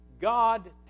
God